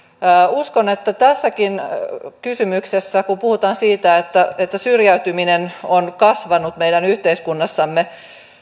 uskon että tässäkin kysymyksessä kun puhutaan siitä että että syrjäytyminen on kasvanut meidän yhteiskunnassamme